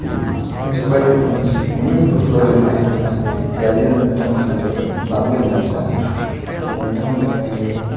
ᱩᱱ ᱡᱚᱠᱷᱚᱡ ᱫᱚ ᱤᱧ ᱩᱱᱟᱹᱜ ᱤᱧ ᱵᱚᱛᱚᱨ ᱞᱮᱱ ᱛᱟᱦᱮᱸ ᱠᱟᱱᱟ ᱡᱮ ᱟᱞᱮ ᱱᱤᱛᱚᱝ ᱫᱚ ᱯᱟᱞᱮᱫ ᱵᱟᱝᱞᱮ ᱵᱟᱧᱪᱟᱜᱼᱟ ᱥᱮ ᱱᱤᱛᱚᱝ ᱫᱚ ᱟᱞᱮ